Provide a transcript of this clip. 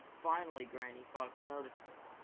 finally granny fox noticed it.